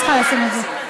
את צריכה לשים את זה.